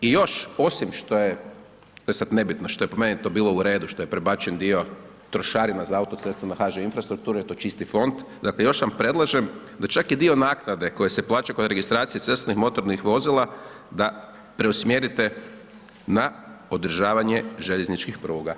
I još osim što je, to je sad nebitno, što je po meni to bilo u redu što je prebačen dio trošarina za autoceste na HŽ infrastrukturu jer je to čisti fond, dakle još vam predlažem da čak i dio naknade koja se plaća kod registracije cestovnih motornih vozila da preusmjerite na održavanje željezničkih pruga.